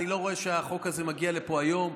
אני לא רואה שהחוק הזה מגיע לפה היום.